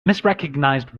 misrecognized